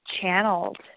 channeled